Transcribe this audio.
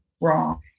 wrong